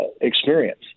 experience